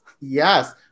Yes